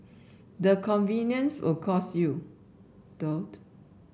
the convenience will cost you though